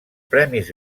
premis